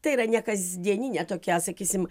tai yra nekasdieninė tokia sakysim